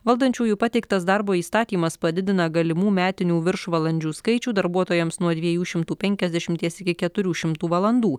valdančiųjų pateiktas darbo įstatymas padidina galimų metinių viršvalandžių skaičių darbuotojams nuo dviejų šimtų penkiasdešimties iki keturių šimtų valandų